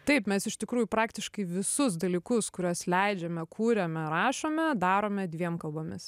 taip mes ištikųjų praktiškai visus dalykus kuriuos leidžiame kuriame rašome darome dviem kalbomis